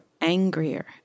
angrier